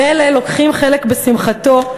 ואלה לוקחים חלק בשמחתו,